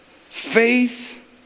Faith